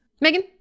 Megan